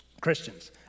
Christians